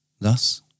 Thus